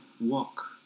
walk